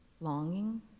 longing